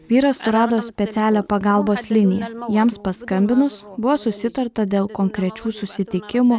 vyras surado specialią pagalbos liniją jiems paskambinus buvo susitarta dėl konkrečių susitikimų